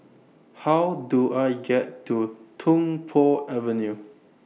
How Do I get to Tung Po Avenue